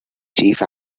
chief